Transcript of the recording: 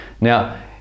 Now